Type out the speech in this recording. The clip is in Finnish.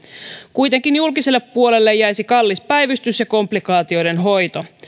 kuitenkin julkiselle puolelle jäisi kallis päivystys ja komplikaatioiden hoito